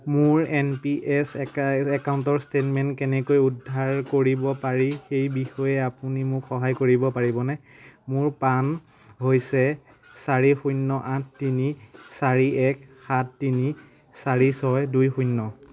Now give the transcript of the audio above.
মোৰ N P S account statement কেনেকৈ উদ্ধাৰ কৰিব পাৰি সেই বিষয়ে আপুনি মোক সহায় কৰিব পাৰিবনে মোৰ পান হৈছে চাৰি শূন্য আঠ তিনি চাৰি এক সাত তিনি চাৰি ছয় দুই শূন্য